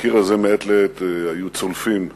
מהקיר הזה מעת לעת היו צולפים בנו.